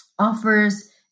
offers